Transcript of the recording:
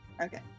Okay